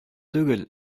түгел